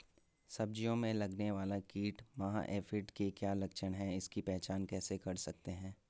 सब्जियों में लगने वाला कीट माह एफिड के क्या लक्षण हैं इसकी पहचान कैसे कर सकते हैं?